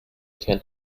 can